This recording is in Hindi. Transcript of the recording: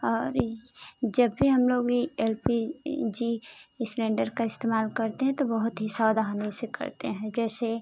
और जब भी हम लोग ये एल पी जी इस सिलेंडर का इस्तेमाल करते हैं तो बहुत ही सावधानी से करते हैं जैसे